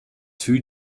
two